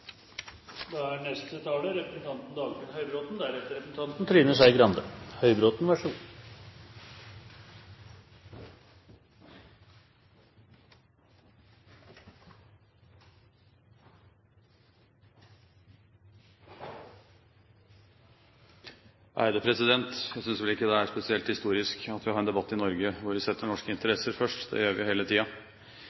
Jeg synes vel ikke det er spesielt historisk at vi har en debatt i Norge hvor vi setter norske